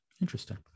Interesting